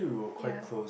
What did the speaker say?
ya